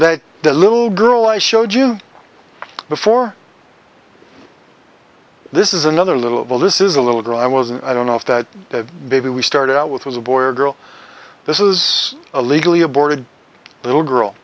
that the little girl i showed you before this is another little of all this is a little girl i was and i don't know if that baby we started out with was a boy or girl this is a legally aborted little girl